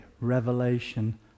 revelation